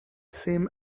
seemed